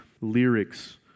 lyrics